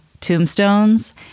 tombstones